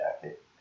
jacket